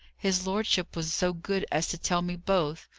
his lordship was so good as to tell me both.